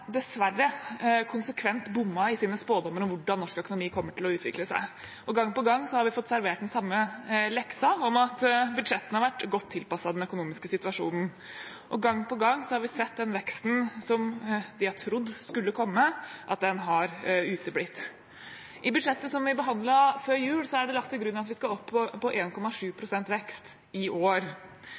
dessverre konsekvent bommet i sine spådommer om hvordan norsk økonomi kommer til å utvikle seg. Gang på gang har vi fått servert den samme leksa om at budsjettene har vært godt tilpasset den økonomiske situasjonen, og gang på gang har vi sett at den veksten som vi har trodd skulle komme, har uteblitt. I budsjettet som vi behandlet før jul, er det lagt til grunn at vi skal opp på 1,7 pst. vekst i år,